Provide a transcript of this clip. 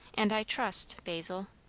and i trust, basil.